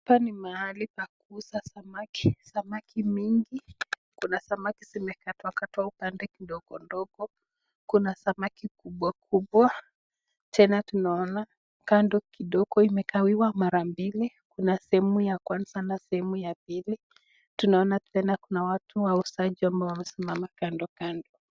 Hapa ni mahali pa kuuza samaki, samaki mingi. Kuna samaki zimekatwakatwa upande ndogo ndogo, kuna samaki kubwa kubwa, tena tunaona kando kidogo imegawiwa mara mbili, kuna sehemu ya kwaza na sehemu ya pili. Tunaona tena kuna watu wauzaji ambao wamesimama kando kando.